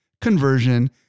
conversion